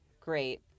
great